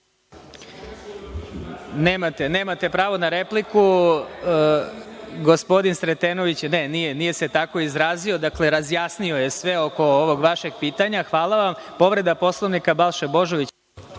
nemate pravo na repliku. Ne, gospodin Sretenović se nije tako izrazio. Dakle, razjasnio je sve oko ovog vašeg pitanja. Povreda Poslovnika Balša Božović.